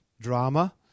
drama